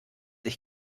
ich